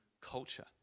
culture